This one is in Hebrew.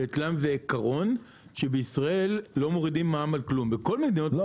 כי אצלם זה עקרון שבישראל לא מורידים מע"מ על כלום --- לא,